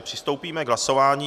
Přistoupíme k hlasování.